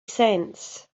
sense